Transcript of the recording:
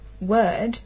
word